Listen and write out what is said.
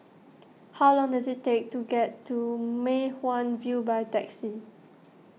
how long does it take to get to Mei Hwan View by taxi